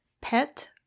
Pet